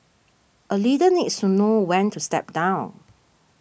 a leader needs to know when to step down